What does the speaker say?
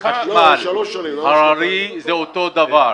חשמל בהררי זה אותו דבר.